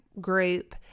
group